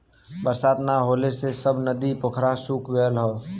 बरसात ना होले से सब नदी पोखरा सूख गयल हौ